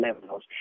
levels